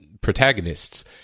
protagonists